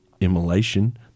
Immolation